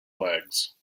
legs